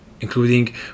including